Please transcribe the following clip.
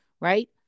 right